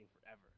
forever